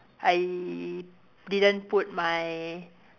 I didn't put my